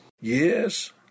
Yes